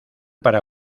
para